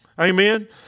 Amen